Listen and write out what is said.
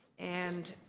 and